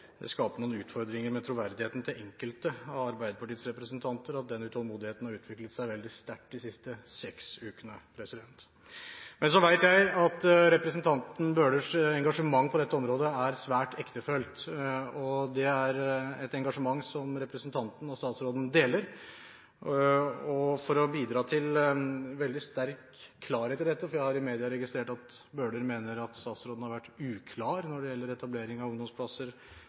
Det skaper noen utfordringer med troverdigheten til enkelte av Arbeiderpartiets representanter at den utålmodigheten har utviklet seg veldig sterkt de siste seks ukene. Men så vet jeg at representanten Bøhlers engasjement på dette området er svært ektefølt. Det er et engasjement som representanten og statsråden deler. For å bidra til veldig sterk klarhet i dette – for jeg har i media registrert at Bøhler mener at statsråden har vært uklar når det gjelder etablering av ungdomsplasser